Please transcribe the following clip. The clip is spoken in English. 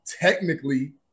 Technically